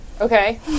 Okay